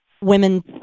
women